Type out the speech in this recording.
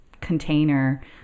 container